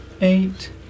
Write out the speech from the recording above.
eight